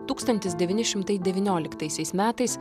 tūkstantis devyni šimtai devynioliktaisiais metais